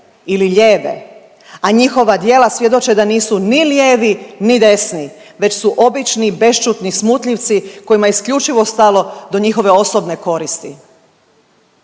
ili lijeve, a njihova djela svjedoče da nisu ni lijevi, ni desni već su obični i bešćutni smutljivci kojima je isključivo stalo do njihove osobne koristi.